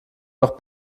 noch